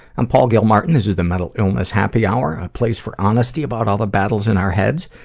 i'm paul gilmartin, this is the mental illness happy hour, a place for honesty about all the battles in our heads,